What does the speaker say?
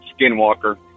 skinwalker